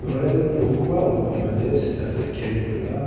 voilà donc pourquoi reprit modeste après quelques pas